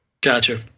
Gotcha